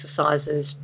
exercises